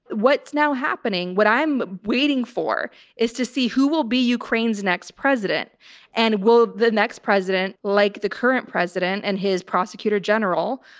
what's now happening, what i'm waiting for is to see who will be ukraine's next president and will the next president, like the current president and his prosecutor general,